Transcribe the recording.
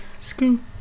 Scoot